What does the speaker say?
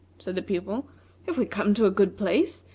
said the pupil if we come to a good place,